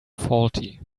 faulty